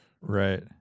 right